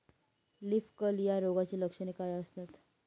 Leaf curl या रोगाची लक्षणे काय असतात?